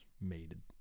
made